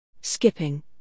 Skipping